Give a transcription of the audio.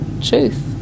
truth